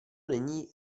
není